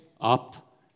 up